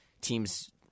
teams